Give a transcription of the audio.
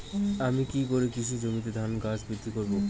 আমি কী করে কৃষি জমিতে ধান গাছ বৃদ্ধি করব?